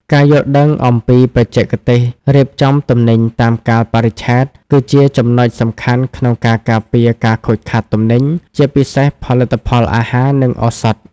ការយល់ដឹងអំពីបច្ចេកទេសរៀបចំទំនិញតាមកាលបរិច្ឆេទ គឺជាចំណុចសំខាន់ក្នុងការការពារការខូចខាតទំនិញ ជាពិសេសផលិតផលអាហារ និងឱសថ។